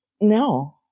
no